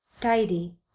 tidy